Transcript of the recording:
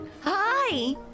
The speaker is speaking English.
Hi